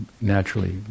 naturally